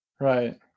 Right